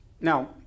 Now